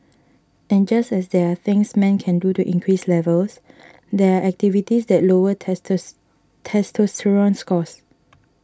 and just as there are things men can do to increase levels there are activities that lower testos testosterone scores